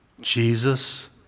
Jesus